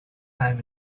time